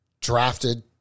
drafted